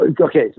okay